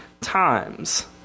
times